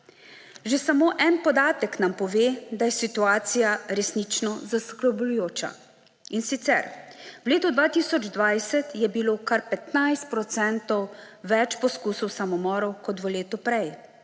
Že sam o en podatek nam pove, da je situacija resnično zaskrbljujoča. In sicer v letu 2020 je bilo kar 15 procentov več poskusov samomorov kot v letu prej